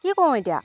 কি কৰোঁ এতিয়া